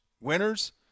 winners